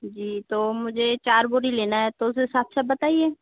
जी तो मुझे चार बोरी लेना है तो उस हिसाब से आप बताइए